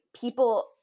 people